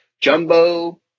Jumbo